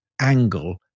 angle